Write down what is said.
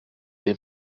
den